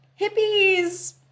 hippies